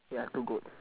ya two goats